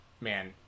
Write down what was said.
man